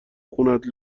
خونت